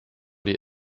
die